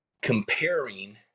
comparing